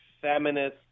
feminist